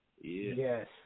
Yes